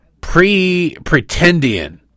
pre-pretendian